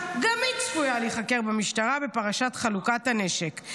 גם היא צפויה להיחקר במשטרה בפרשת חלוקת הנשק.